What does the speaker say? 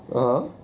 (uh huh)